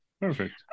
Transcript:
Perfect